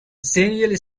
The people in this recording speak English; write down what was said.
genial